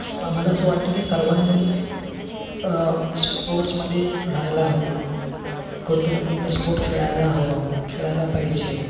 मला असं वाटतं की सर्वांनी स्पोर्ट्समध्ये रहायला हवं कोणत्या ना कोणत्या स्पोर्ट खेळायला हवा खेळायला पाहिजे